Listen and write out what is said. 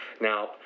Now